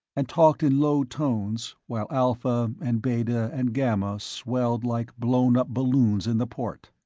and talked in low tones while alpha and beta and gamma swelled like blown-up balloons in the port.